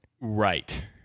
Right